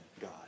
God